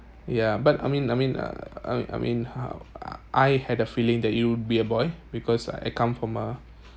ya but I mean I mean uh I mean I mean how I had a feeling that it would be a boy because I come from a